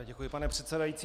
Děkuji, pane předsedající.